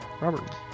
Robert